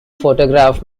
photograph